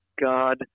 God